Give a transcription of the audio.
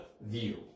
view